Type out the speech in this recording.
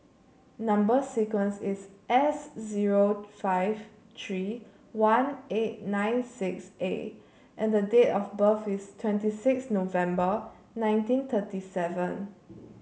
number sequence is S zero five three one eight nine six A and the date of birth is twenty six November nineteen thirty seven